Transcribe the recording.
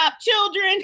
children